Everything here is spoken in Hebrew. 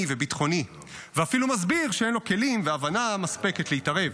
וביטחוני ואפילו מסביר שאין לו כלים והבנה מספקת להתערב,